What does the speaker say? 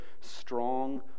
strong